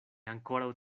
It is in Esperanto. ankoraŭ